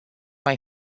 mai